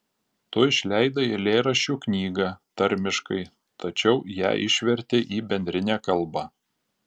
tu išleidai eilėraščių knygą tarmiškai tačiau ją išvertei į bendrinę kalbą